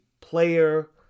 player